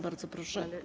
Bardzo proszę.